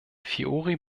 fiori